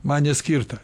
man neskirta